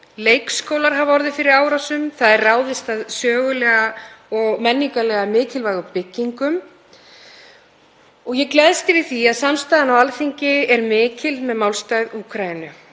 Leikskólar hafa orðið fyrir árásum, það er ráðist að sögulega og menningarlega mikilvægum byggingum. Ég gleðst yfir því að samstaðan á Alþingi er mikil með málstað Úkraínu